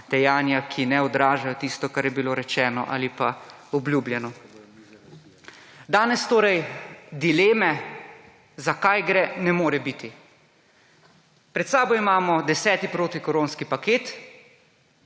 dejanja, ki ne odražajo tisto kar je bilo rečeno ali pa obljubljeno. Danes torej dileme za kaj gre ne more biti. Pred seboj imamo deseti protikoronski paket.